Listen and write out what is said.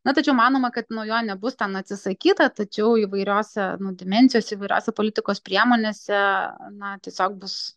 na tačiau manoma kad nuo jo nebus atsisakyta tačiau įvairiose nu dimensijose įvairiose politikos priemonėse na tiesiog bus